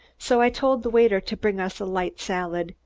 so i told the waiter to bring us a light salad,